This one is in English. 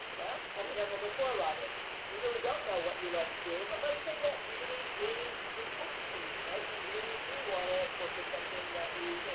well, i mean, number four, rather. you you really don't know what you love to do, but let's say that really is important to you, right? you really do wanna work with something that you,